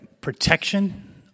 protection